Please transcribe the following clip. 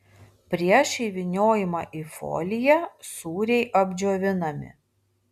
prieš įvyniojimą į foliją sūriai apdžiovinami